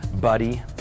buddy